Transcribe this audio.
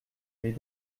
mes